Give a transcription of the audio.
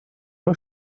uno